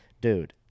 Dude